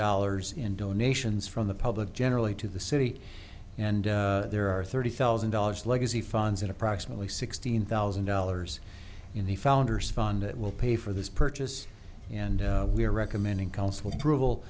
dollars in donations from the public generally to the city and there are thirty thousand dollars legacy funds in approximately sixteen thousand dollars in the founders fund it will pay for this purchase and we are recommending council approval